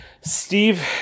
Steve